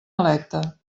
electa